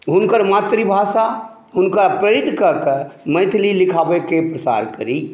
हुनकर मातृभाषा हुनका प्रेरितकऽ कऽ मैथिली लिखाबयके प्रसार करी